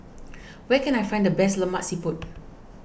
where can I find the best Lemak Siput